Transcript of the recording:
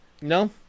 No